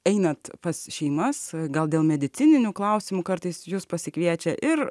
einat pas šeimas gal dėl medicininių klausimų kartais jus pasikviečia ir